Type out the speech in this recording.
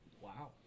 Wow